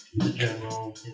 general